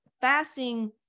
fasting